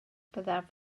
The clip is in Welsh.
byddaf